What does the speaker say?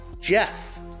Jeff